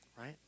Right